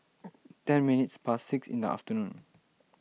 ten minutes past six in the afternoon